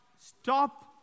stop